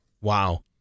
Wow